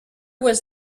was